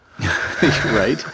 Right